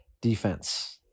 defense